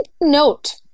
note